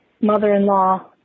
mother-in-law